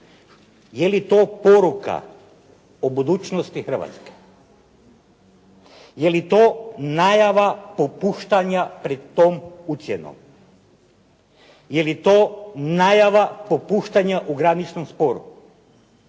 Je li to poruka o budućnosti Hrvatske? Je li to najava popuštanja pred tom ucjenom? Je li to najava popuštanja u graničnom sporu?